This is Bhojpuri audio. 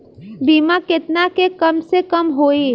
बीमा केतना के कम से कम होई?